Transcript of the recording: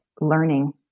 learning